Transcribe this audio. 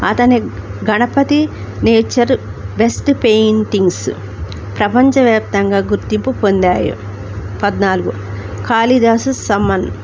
అతని Ganapati nature best paintings ప్రపంచవ్యాప్తంగా గుర్తింపు పొందాయ పద్నాలుగు ఖాళీదాసు సమన్